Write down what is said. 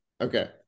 Okay